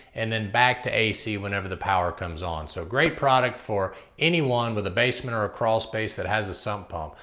and then back to ac whenever the power comes on. so, great product for anyone with a basement or a crawl space that has a sump pump.